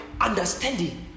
understanding